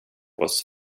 was